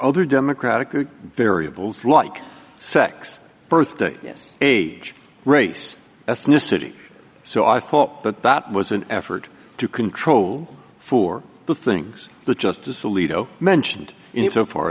other democratic variables like sex birthday yes age race ethnicity so i thought but that was an effort to control for the things the justice alito mentioned in so far